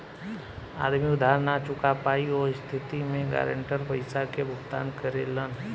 आदमी उधार ना चूका पायी ओह स्थिति में गारंटर पइसा के भुगतान करेलन